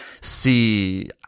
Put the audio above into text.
see